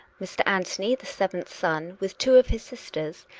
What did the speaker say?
mr. anthony the seventh son, with two of his sisters,